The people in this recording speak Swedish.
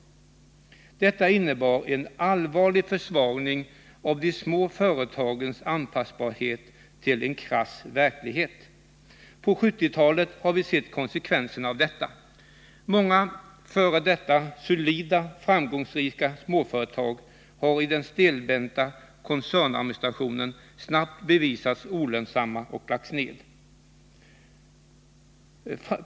Detta innebar en allvarlig försvagning av de små företagens anpassbarhet till en krass verklighet. På 1970-talet har vi sett konsekvenserna av detta. Många f.d. solida och framgångsrika småföretag har i den stelbenta koncernadministrationen snabbt bevisats olönsamma och lagts ned.